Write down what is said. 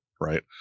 right